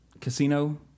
casino